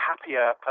happier